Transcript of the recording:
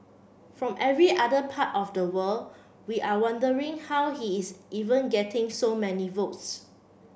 from every other part of the world we are wondering how he is even getting so many votes